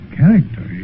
character